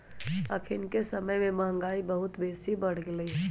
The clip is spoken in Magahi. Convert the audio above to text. अखनिके समय में महंगाई बहुत बेशी बढ़ गेल हइ